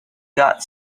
got